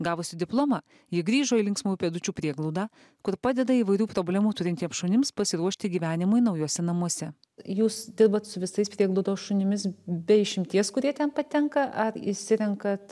gavusi diplomą ji grįžo į linksmųjų pėdučių prieglaudą kur padeda įvairių problemų turintiems šunims pasiruošti gyvenimui naujuose namuose jūs dirbat su visais prieglaudos šunimis be išimties kurie ten patenka ar išsirenkat